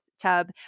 tub